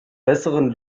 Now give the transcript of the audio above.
besseren